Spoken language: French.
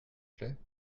plait